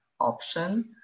option